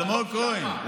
אלמוג כהן,